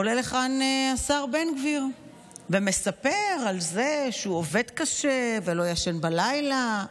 עולה לכאן השר בן גביר ומספר על זה שהוא עובד קשה ולא ישן בלילה,